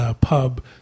Pub